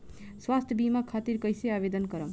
स्वास्थ्य बीमा खातिर कईसे आवेदन करम?